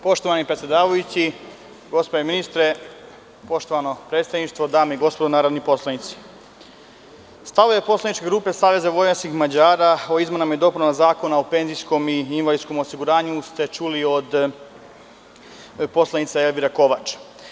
Poštovani predsedavajući, gospodine ministre, poštovano predsedništvo, dame i gospodo narodni poslanici, stavove poslaničke grupe Saveza vojvođanskih Mađara o izmenama i dopunama Zakona o penzijskom i invalidskom osiguranju ste čuli od poslanice Elvire Kovač.